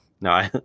no